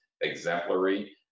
exemplary